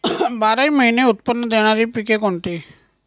बाराही महिने उत्त्पन्न देणारी पिके कोणती?